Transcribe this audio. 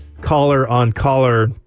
caller-on-caller